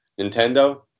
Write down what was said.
nintendo